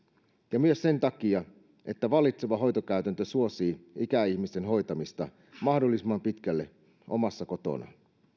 ja myös sen takia että vallitseva hoitokäytäntö suosii ikäihmisten hoitamista mahdollisimman pitkälle omassa kotona